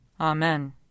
Amen